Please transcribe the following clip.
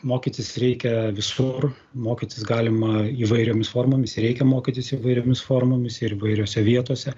mokytis reikia visur mokytis galima įvairiomis formomis reikia mokytis įvairiomis formomis ir įvairiose vietose